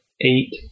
eight